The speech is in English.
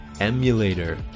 emulator